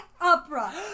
opera